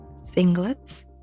singlets